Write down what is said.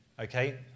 Okay